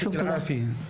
שוב תודה.